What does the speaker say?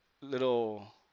little